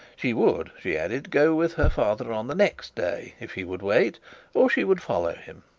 she would, she added, go with her father on the next day, if he would wait or she would follow him.